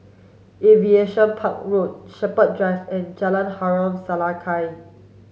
Aviation Park Road Shepherd Drive and Jalan Harom Setangkai